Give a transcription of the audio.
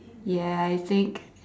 ya I think